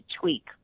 tweak